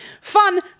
Fun